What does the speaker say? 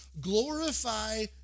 glorify